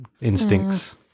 instincts